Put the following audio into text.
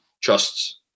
trusts